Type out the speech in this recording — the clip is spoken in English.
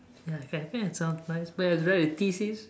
ya okay I think I sound nice but it was really like a thesis